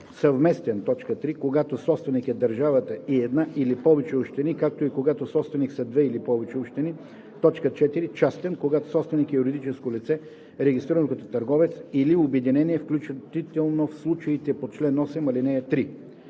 съвместен – когато собственик е държавата и една или повече общини, както и когато собственик са две или повече общини; 4. частен – когато собственик е юридическо лице, регистрирано като търговец, или обединение, включително в случаите по чл. 8, ал. 3.“